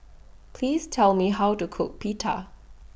Please Tell Me How to Cook Pita